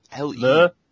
Le